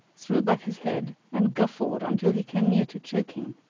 threw back his head, and guffawed until he came near to choking.